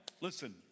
Listen